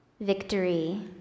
victory